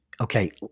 okay